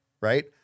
right